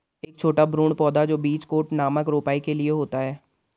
एक छोटा भ्रूण पौधा जो बीज कोट नामक रोपाई के लिए होता है